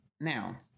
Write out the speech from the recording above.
Now